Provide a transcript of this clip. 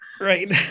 Right